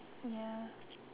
ya